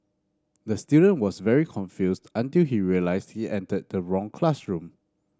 the student was very confused until he realised he entered the wrong classroom